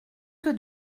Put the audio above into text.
que